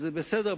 אז בסדר,